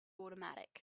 automatic